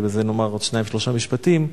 בזה נאמר עוד שניים-שלושה משפטים.